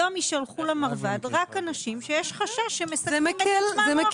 היום יישלחו למרב"ד רק אנשים שיש חשש שמסכנים את שלומם.